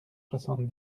soixante